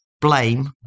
blame